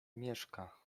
mieszka